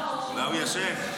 אולי הוא ישן.